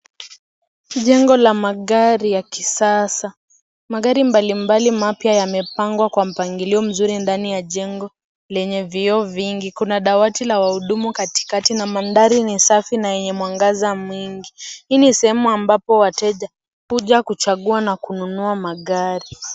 Jengo la magari ya kisasa. Magari mbalimbali mapya yamepangwa kwa mpangilio mzuri ndani ya jengo lenye vioo vingi. Kuna dawati la wahudumu katikati na mandhari ni safi na yenye mwangaza mwingi. Hii ni sehemu ambapo wateja huja kuchagua na kununua magari.